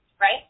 right